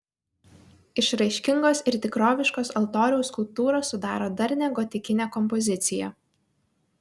išraiškingos ir tikroviškos altoriaus skulptūros sudaro darnią gotikinę kompoziciją